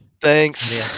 Thanks